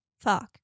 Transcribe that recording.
Fuck